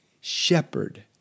Shepherd